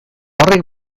horrek